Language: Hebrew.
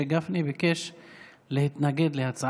לזמן הזה,